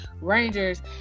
Rangers